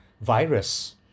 virus